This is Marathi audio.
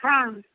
हां